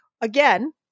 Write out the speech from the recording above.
again